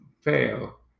fail